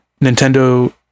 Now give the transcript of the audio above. nintendo